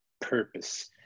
purpose